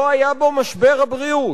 לא היה בו משבר הבריאות.